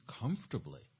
comfortably